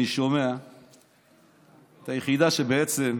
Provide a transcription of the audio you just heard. אני שומע את היחידה שבעצם,